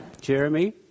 Jeremy